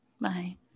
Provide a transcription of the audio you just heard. bye